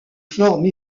formes